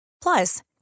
Plus